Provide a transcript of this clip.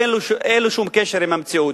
אין לה שום קשר למציאות.